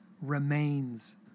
Remains